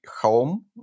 home